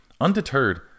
Undeterred